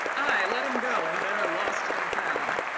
aye let him go, and better lost than found.